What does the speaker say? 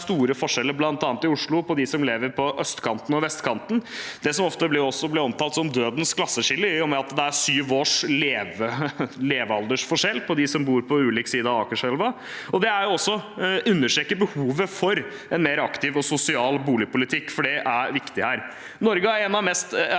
er store forskjeller mellom dem som lever på østkanten og vestkanten i Oslo, det som ofte blir omtalt som dødens klasseskille i og med at det er sju års levealdersforskjell mellom dem som bor på hver sin side av Akerselva. Det understreker behovet for en mer aktiv og sosial boligpolitikk, for det er viktig her.